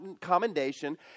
commendation